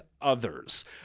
others